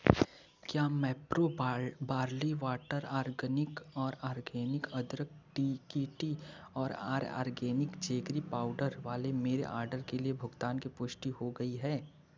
क्या मैप्रो बा barley water organic और ऑर्गेनिक अदरक टी की टी और आर्य आर्गेनिक जेगरी पाउडर वाले मेरे आर्डर के लिए भुगतान की पुष्टि हो गई है